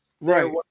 Right